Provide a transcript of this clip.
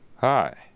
Hi